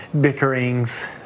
bickerings